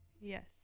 Yes